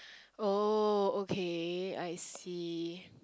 oh okay I see